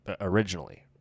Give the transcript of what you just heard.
originally